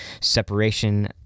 Separation